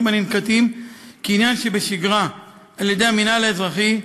הננקטים כעניין שבשגרה על-ידי המינהל האזרחי,